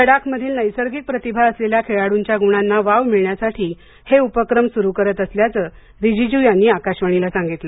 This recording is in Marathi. लडाख मधील नैसर्गिक प्रतिभा असलेल्या खेळाडूंच्या गुणांना वाव मिळण्यासाठी हे उपक्रम सुरु करत असल्याचं रीजीजू यांनी आकाशवाणीशी बोलताना सांगितलं